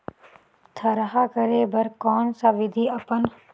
थरहा करे बर कौन सा विधि अपन?